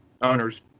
owner's